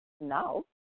now